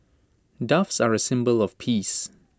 doves are A symbol of peace